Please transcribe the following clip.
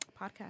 podcast